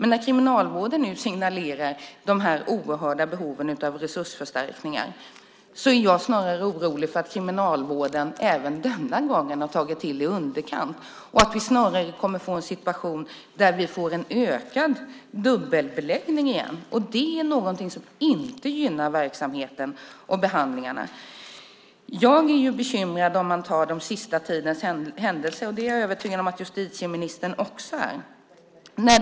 När Kriminalvården nu signalerar de här oerhört stora behoven av resursförstärkningar är jag snarare orolig för att man även denna gång har tagit till i underkant och att vi snarare kommer att få en situation med en ökad dubbelbeläggning igen. Det är någonting som inte gynnar verksamheten och behandlingarna. Jag blir bekymrad över den senaste tidens händelser, och jag är övertygad om att även justitieministern är det.